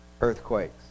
Earthquakes